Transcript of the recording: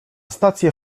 stację